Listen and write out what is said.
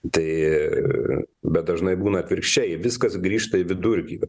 tai bet dažnai būna atvirkščiai viskas grįžta į vidurkį